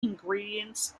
ingredients